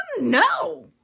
no